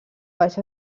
baix